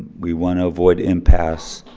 we wanna avoid impasse.